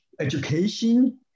education